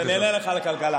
אז אני אענה לך על הכלכלה.